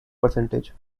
percentages